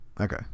Okay